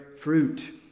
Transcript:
fruit